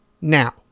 now